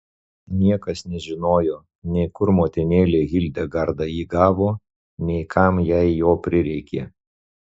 niekas nežinojo nei kur motinėlė hildegarda jį gavo nei kam jai jo prireikė